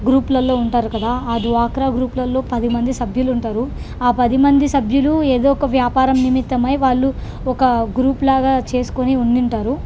గ్రూప్లలో ఉంటారు కదా ఆ డ్వాక్రా గ్రూప్లలో పది మంది సభ్యులు ఉంటారు ఆ పది మంది సభ్యులు ఏదో ఒక వ్యాపారం నిమిత్తమై వాళ్ళు ఒక గ్రూప్లాగా చేసుకుని ఉండి ఉంటారు